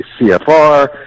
CFR